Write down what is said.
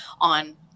on